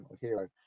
hero